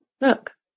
Look